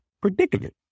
predicament